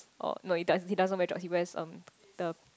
oh no he does he doesn't wear jots he wears um the